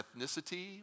ethnicity